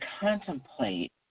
contemplate